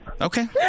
Okay